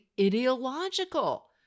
ideological